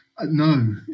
no